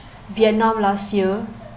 vietnam last year